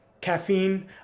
caffeine